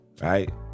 Right